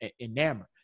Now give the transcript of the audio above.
enamored